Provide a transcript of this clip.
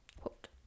quote